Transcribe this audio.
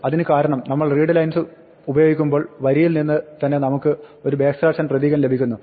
അതിന് കാരണം നമ്മൾ readlines ഉപയോഗിക്കുമ്പോൾ വരിയിൽ നിന്ന് തന്നെ നമുക്ക് ഒരു n പ്രതീകം ലഭിക്കുന്നു